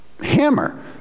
hammer